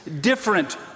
different